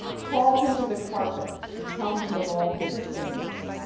call him to the carpet and tell him of all his sins.